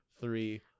three